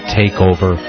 takeover